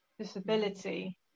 disability